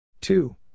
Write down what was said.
Two